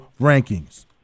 rankings